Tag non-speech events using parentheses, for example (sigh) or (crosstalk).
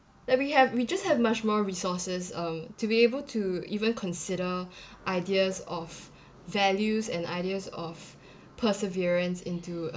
like we have we just have much more resources um to be able to even consider (breath) ideas of values and ideas of perseverance into